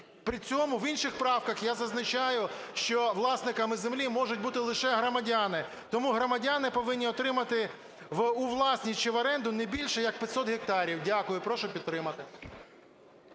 При цьому в інших правках я зазначаю, що власниками землі можуть бути лише громадяни. Тому громадяни повинні отримати у власність чи в оренду не більше як 500 гектарів. Дякую. Прошу підтримати.